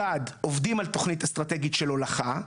אחד, עובדים על תוכנית אסטרטגית של הולכה,